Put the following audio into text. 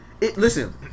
Listen